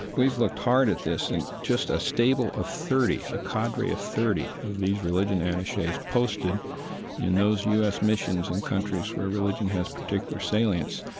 we've looked hard at this. in just a stable of thirty, a cadre of thirty of these religion and attaches posted in those u s. missions in countries where religion has particular salience,